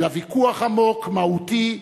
אלא ויכוח עמוק, מהותי,